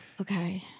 okay